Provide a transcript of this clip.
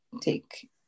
take